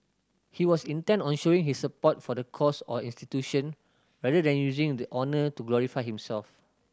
he was intent on showing his support for the cause or institution rather than using the honour to glorify himself